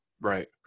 Right